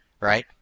right